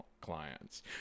clients